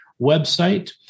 website